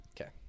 Okay